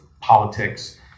politics